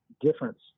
difference